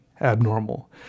abnormal